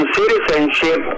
citizenship